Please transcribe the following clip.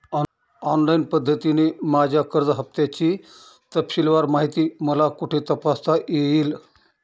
Online पद्धतीने माझ्या कर्ज हफ्त्याची तपशीलवार माहिती मला कुठे तपासता येईल?